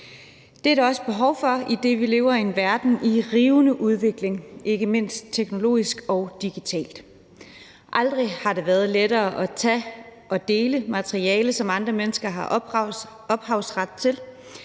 Det er der også behov for, idet vi lever i en verden i rivende udvikling, ikke mindst teknologisk og digitalt. Aldrig har det været lettere at tage og dele materiale, som andre mennesker har ophavsret til,